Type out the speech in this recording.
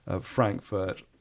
Frankfurt